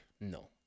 No